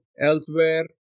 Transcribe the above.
elsewhere